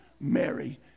Mary